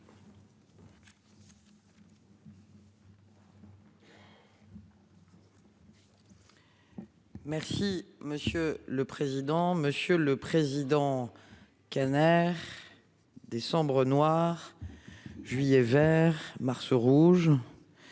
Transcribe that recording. Merci monsieur le président. Monsieur le Président. Kanner. Décembre noir. Juillet vers Mars rouge.